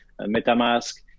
metamask